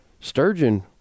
sturgeon